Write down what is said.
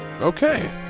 Okay